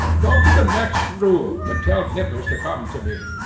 go to the next room, and tell nippers to come to me.